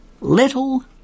little